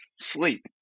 sleep